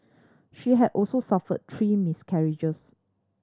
she had also suffered three miscarriages